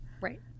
right